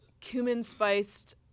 cumin-spiced